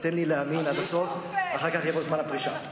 תן לי להאמין עד הסוף, אחר כך יבוא זמן הפרישה.